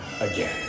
again